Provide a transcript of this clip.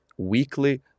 weekly